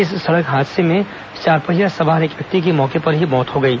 इस सड़क हादसे में चारपहिया सवार एक व्यक्ति की मौके पर ही मौत हो गई